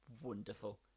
wonderful